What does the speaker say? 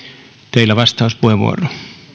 teillä vastauspuheenvuoro